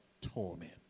torment